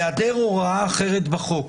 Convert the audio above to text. בהיעדר הוראה אחרת בחוק,